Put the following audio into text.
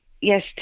yes